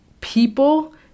people